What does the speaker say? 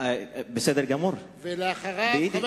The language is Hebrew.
בבקשה.